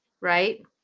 right